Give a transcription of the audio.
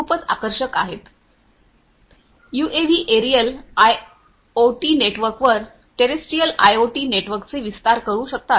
तर UAV aerial IoT नेटवर्कवर terrestrial IoT नेटवर्कचे विस्तार करू शकतात